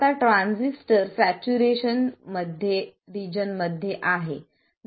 आता transistor saturation region मध्ये आहे